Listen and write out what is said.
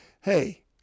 hey